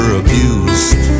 abused